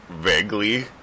vaguely